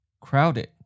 crowded